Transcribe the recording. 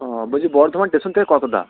ওহ বলছি বর্ধমান স্টেশন থেকে কতটা